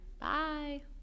Bye